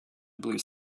blues